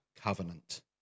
covenant